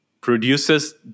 produces